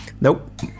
Nope